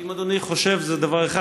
אם אדוני חושב, זה דבר אחד.